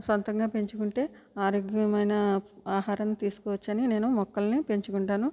సొంతంగా పెంచుకుంటే ఆరోగ్యమైన ఆహారం తీసుకోవచ్చని నేను మొక్కలని పెంచుకుంటాను